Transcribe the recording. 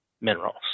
minerals